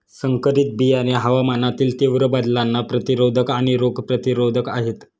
संकरित बियाणे हवामानातील तीव्र बदलांना प्रतिरोधक आणि रोग प्रतिरोधक आहेत